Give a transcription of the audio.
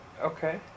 Okay